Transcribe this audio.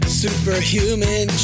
superhuman